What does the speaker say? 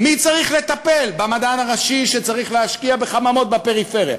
מי צריך לטפל במדען הראשי שצריך להשקיע בחממות בפריפריה?